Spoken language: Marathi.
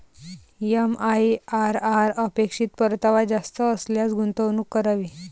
एम.आई.आर.आर अपेक्षित परतावा जास्त असल्यास गुंतवणूक करावी